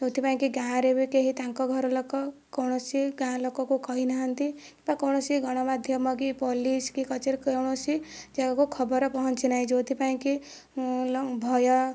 ଯୋଉଁଥିପାଇଁକି କେହି ଗାଁରେ ବି ତାଙ୍କ ଘର ଲୋକ କୌଣସି ଗାଁ ଲୋକକୁ କହି ନାହାନ୍ତି ବା କୌଣସି ଗଣମାଧ୍ୟମ କି ପୋଲିସ କି କଚେରୀ କୌଣସି ଜାଗାକୁ ଖବର ପହଞ୍ଚି ନାହିଁ ଯୋଉଁଥିପାଇଁକି ଭୟ